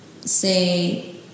say